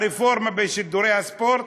הרפורמה בשידורי הספורט,